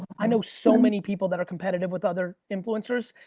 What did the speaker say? i know so many people that are competitive with other influencers,